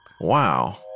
wow